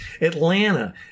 Atlanta